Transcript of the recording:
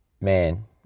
man